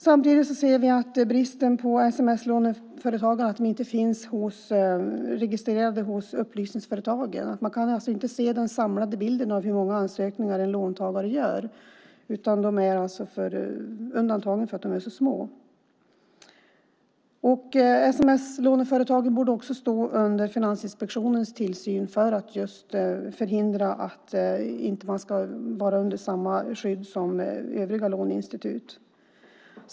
Samtidigt ser vi en brist i att sms-låneföretag inte finns registrerade hos upplysningsföretagen. Man kan alltså inte se den samlade bilden av hur många ansökningar en låntagare gör. Företagen är undantagna för att de är så små. Sms-låneföretagen borde också stå under Finansinspektionens tillsyn för att förhindra att de inte ska vara under samma skydd som övriga låneinstitut.